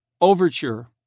Overture